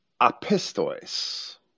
apistois